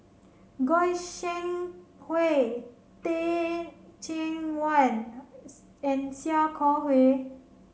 Goi Seng Hui Teh Cheang Wan and Sia Kah Hui